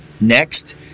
next